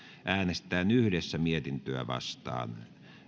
äänestetään yhdessä mietintöä vastaan